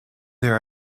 there